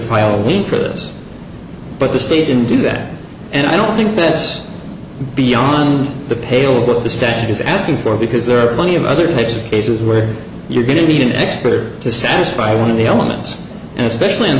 file in for this but the state didn't do that and i don't think that's beyond the pale that the statute is asking for because there are plenty of other types of cases where you're going to need an expert to satisfy one of the elements and especially in